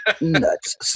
nuts